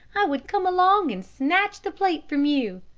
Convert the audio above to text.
i would come along and snatch the plate from you?